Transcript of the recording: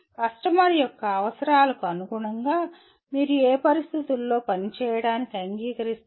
customer యొక్క అవసరాలకు అనుగుణంగా మీరు ఏ పరిస్థితులలో పని చేయడానికి అంగీకరిస్తారు